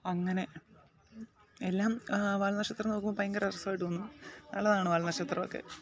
അങ്ങനെ എല്ലാം വാൽനക്ഷത്രത്തെ നോക്കുമ്പോൾ ഭയങ്കര രസമായിട്ട് തോന്നും നല്ലതാണ് വാൽനക്ഷത്രമൊക്കെ